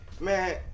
Man